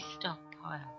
stockpile